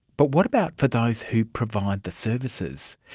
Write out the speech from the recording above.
but what about for those who provide the services?